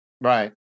Right